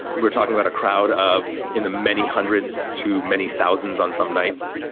we're talking about a crowd of in the many hundreds, too many thousands on some nights.